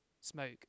smoke